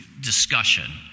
discussion